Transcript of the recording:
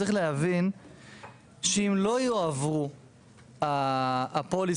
צריך להבין שאם לא יועברו הפוליסות